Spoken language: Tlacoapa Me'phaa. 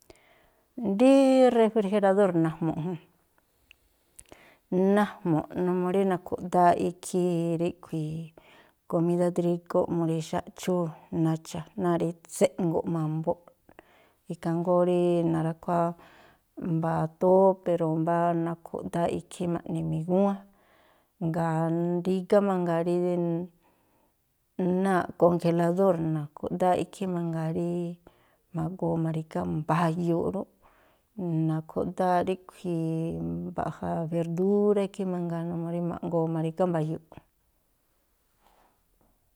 Rí refrijeradór najmu̱ꞌ jún. Najmu̱ꞌ numuu rí na̱khu̱ꞌdááꞌ ikhí ríꞌkhui̱ komídá drígóꞌ mu rí xáꞌchúú nacha̱ náa̱ꞌ rí tséꞌngo̱ꞌ ma̱mbóꞌ, ikhaa jngóó rí na̱ra̱khuáá mbá tópe̱r o̱ mbá na̱khu̱ꞌdááꞌ ikhí ma̱ꞌni migúwán. Jngáa̱ rígá mangaa rí náa̱ꞌ konjeladór na̱khu̱ꞌdááꞌ ikhí mangaa rí ma̱goo ma̱ri̱gá mba̱yu̱u̱ꞌ rúꞌ. Na̱khu̱ꞌdááꞌ ríꞌkhui̱, mbaꞌja verdúrá ikhí mangaa numuu rí ma̱ꞌngo̱o̱ ma̱ri̱gá mba̱yu̱u̱ꞌ.